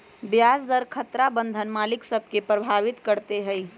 ब्याज दर खतरा बन्धन मालिक सभ के प्रभावित करइत हइ